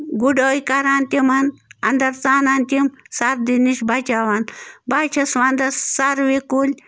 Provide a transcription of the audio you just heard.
گُڈٲے کَران تِمَن اَنٛدر ژانان تِم سردی نِش بَچاوان بہٕ حظ چھَس وَنٛدَس سَروِ کُلۍ